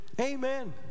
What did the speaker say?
Amen